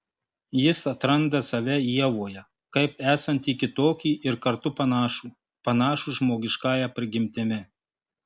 jis atranda save ievoje kaip esantį kitokį ir kartu panašų panašų žmogiškąja prigimtimi